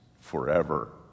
forever